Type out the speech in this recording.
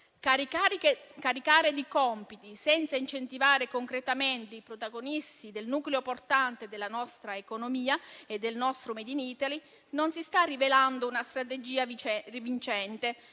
Caricare di compiti, senza incentivare concretamente, i protagonisti del nucleo portante della nostra economia e del nostro *made in Italy* non si sta rivelando una strategia vincente;